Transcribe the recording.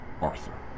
Arthur